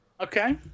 Okay